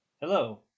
Hello